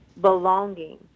belonging